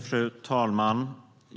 Fru talman!